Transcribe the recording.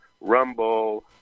Rumble